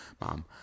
Mom